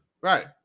Right